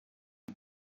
det